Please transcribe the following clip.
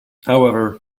however